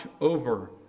over